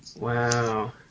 Wow